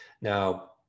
Now